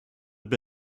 have